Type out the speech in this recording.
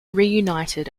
reunited